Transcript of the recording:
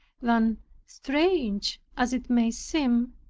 than strange as it may seem,